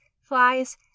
flies